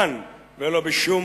כאן, ולא בשום